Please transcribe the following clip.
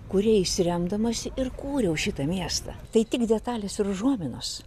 kuriais remdamasi ir kūriau šitą miestą tai tik detalės ir užuominos